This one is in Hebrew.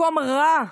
מקום רע,